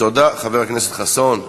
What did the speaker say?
תודה, חבר הכנסת חסון.